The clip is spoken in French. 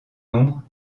nombre